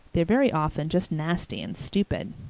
they're very often just nasty and stupid.